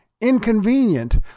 inconvenient